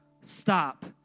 stop